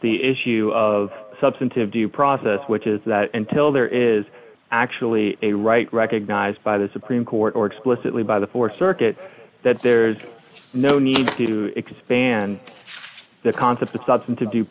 the issue of substantive due process which is that until there is actually a right recognized by the supreme court or explicitly by the th circuit that there's no need to expand the concept of substantive due